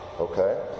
okay